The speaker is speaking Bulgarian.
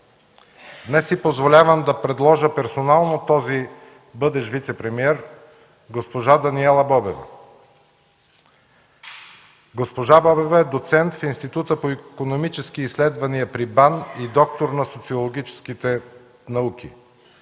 Днес си позволявам да предложа персонално този бъдещ вицепремиер госпожа Даниела Бобева. Госпожа Бобева е доцент в Института по икономически изследвания при БАН и доктор на социологическите науки.